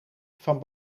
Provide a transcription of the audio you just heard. van